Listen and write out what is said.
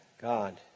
God